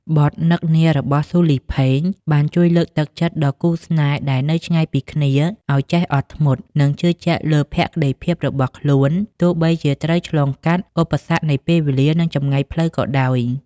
បទ "នឹកនា" របស់ស៊ូលី ផេង បានជួយលើកទឹកចិត្តដល់គូស្នេហ៍ដែលនៅឆ្ងាយពីគ្នា ឱ្យចេះអត់ធ្មត់ និងជឿជាក់លើភក្តីភាពរបស់ខ្លួន ទោះបីជាត្រូវឆ្លងកាត់ឧបសគ្គនៃពេលវេលា និងចម្ងាយផ្លូវក៏ដោយ។